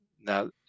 now